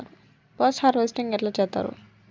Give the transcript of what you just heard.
Post harvesting ఎట్ల చేత్తరు?